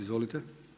Izvolite.